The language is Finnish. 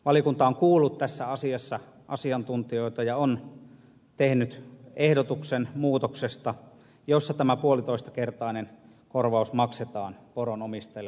valiokunta on kuullut tässä asiassa asiantuntijoita ja on tehnyt ehdotuksen muutoksesta jossa tämä puolitoistakertainen korvaus maksetaan poronomistajalle